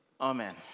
Amen